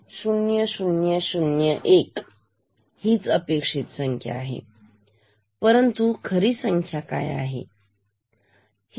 0001 हीच अपेक्षित संख्या आहे परंतु खरी संख्या काय असेल